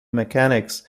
mechanics